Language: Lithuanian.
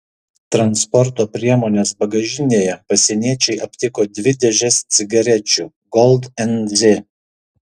transporto priemonės bagažinėje pasieniečiai aptiko dvi dėžes cigarečių gold nz